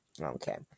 Okay